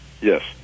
yes